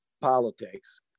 politics